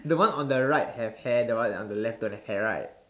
the one on the right have hair the one on the left don't have hair right